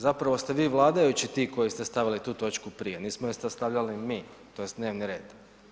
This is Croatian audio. Zapravo ste vi vladajući ti koji ste stavili tu točku prije, nismo je sastavljali mi, tj. dnevni red.